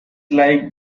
like